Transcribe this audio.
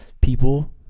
people